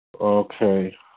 Okay